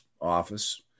office